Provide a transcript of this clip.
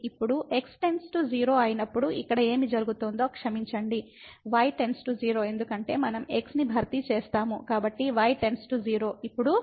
ఇప్పుడు x → 0 అయినప్పుడు ఇక్కడ ఏమి జరుగుతుందో క్షమించండి y → 0 ఎందుకంటే మనం x ని భర్తీ చేసాము y → 0